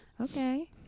Okay